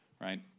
right